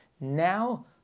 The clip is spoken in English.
Now